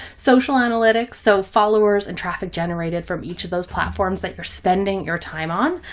social analytics. so followers and traffic generated from each of those platforms that you're spending your time on.